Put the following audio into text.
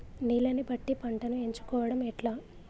నీళ్లని బట్టి పంటను ఎంచుకోవడం ఎట్లా?